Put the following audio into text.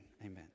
Amen